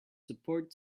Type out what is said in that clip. support